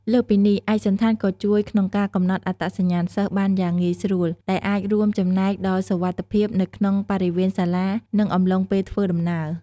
លើសពីនេះ ឯកសណ្ឋានក៏ជួយក្នុងការកំណត់អត្តសញ្ញាណសិស្សបានយ៉ាងងាយស្រួល ដែលអាចរួមចំណែកដល់សុវត្ថិភាពនៅក្នុងបរិវេណសាលា និងអំឡុងពេលធ្វើដំណើរ។